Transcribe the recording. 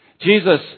Jesus